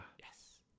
Yes